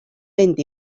mynd